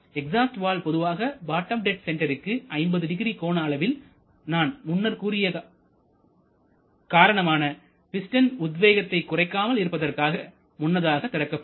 exhaust valve பொதுவாக bottom dead சென்டருக்கு 500 கோண அளவில் நான் முன்னர் கூறிய காரணமான பிஸ்டனின் உத்வேகத்தை குறைக்காமல்இருப்பதற்காக முன்னதாக திறக்கப்படும்